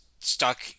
Stuck